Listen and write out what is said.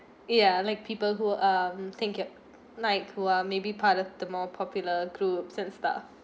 ya like people who um think at night who are maybe part of the more popular groups and stuff